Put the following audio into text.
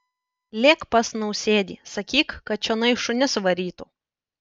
lėk pas nausėdį sakyk kad čionai šunis varytų